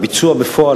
והביצוע בפועל,